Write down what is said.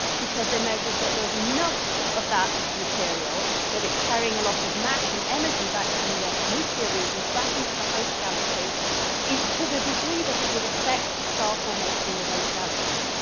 because they measured that there's enough of that material that it's carrying a lot of mass and energy back from the nuclear regions. back into the host galaxy to the degree that it would affect star formation in the host galaxy.